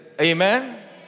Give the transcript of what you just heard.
Amen